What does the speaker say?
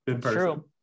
True